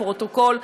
לפרוטוקול,